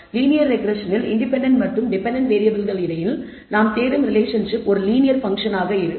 linear ரெக்ரெஸ்ஸனில் independent மற்றும் dependent வேறியபிள்கள் இடையில் நாம் தேடும் ரிலேஷன்ஷிப் ஒரு லீனியர் பன்க்ஷன் ஆகும்